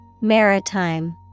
Maritime